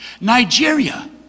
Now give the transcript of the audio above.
Nigeria